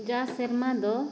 ᱡᱟᱣ ᱥᱮᱨᱢᱟᱫᱚ